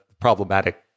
problematic